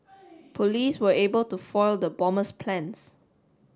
police were able to foil the bomber's plans